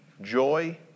joy